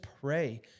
pray